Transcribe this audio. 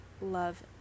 love